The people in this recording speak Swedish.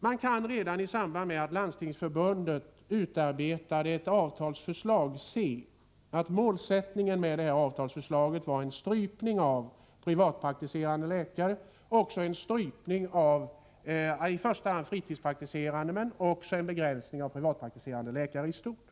Man kunde i samband med att Landstingsförbundet utarbetade ett avtalsförslag se att målsättningen med detta avtalsförslag var en strypning av antalet privatpraktiserande läkare — en strypning av i första hand antalet fritidspraktiserande läkare men även en begränsning av antalet privatprakti serande läkare i stort.